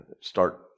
start